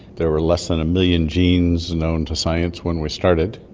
there were less than a million genes known to science when we started.